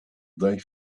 they